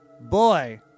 Boy